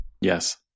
Yes